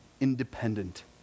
independent